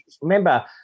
remember